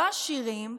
לא עשירים,